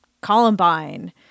Columbine